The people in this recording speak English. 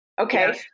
Okay